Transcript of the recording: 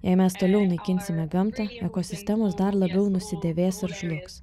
jei mes toliau naikinsime gamtą ekosistemos dar labiau nusidėvės ir žlugs